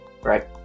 right